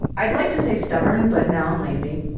i'd like to say stubborn, but no, i'm lazy.